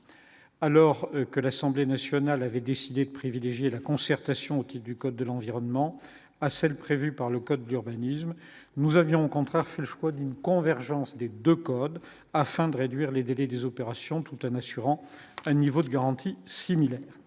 alors que l'Assemblée nationale avait décidé de privilégier la concertation du code de l'environnement à celle prévue par le code d'urbanisme, nous avions au contraire fait le choix d'une convergence des 2 codes afin de réduire les délais des opérations tout un assurant un niveau de garantie similaire,